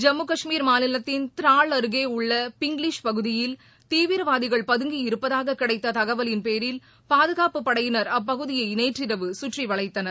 ஜம்மு கஷ்மீர் மாநிலத்தின் திராள் அருகே உள்ள பிங்லீஷ் பகுதியில் தீவிரவாதிகள் பதங்கியிருப்பதாக கிடைத்த கவலின் பேரில் பாதுகாப்பு படையினர் அப்பகுதியை நேற்றிரவு சுற்றி வளைத்தனர்